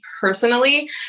personally